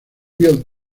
bill